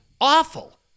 Awful